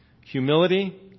Humility